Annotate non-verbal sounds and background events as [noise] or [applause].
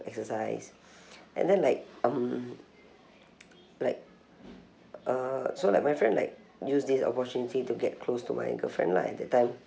exercise [breath] and then like um like uh so like my friend like use this opportunity to get close to my girlfriend lah at that time